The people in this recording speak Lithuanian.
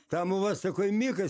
tamula sako mikas